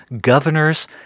governors